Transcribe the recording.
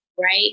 right